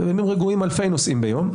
בימים רגועים אלפי נוסעים ביום,